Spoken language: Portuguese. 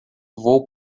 vou